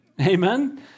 Amen